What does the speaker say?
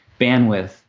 bandwidth